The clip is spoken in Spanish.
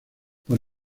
por